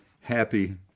happy